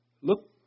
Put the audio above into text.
Look